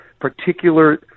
particular